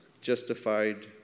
justified